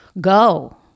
go